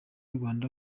rwanda